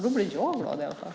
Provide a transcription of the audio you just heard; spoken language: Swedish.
Då blir jag glad i alla fall.